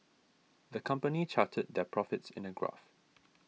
the company charted their profits in a graph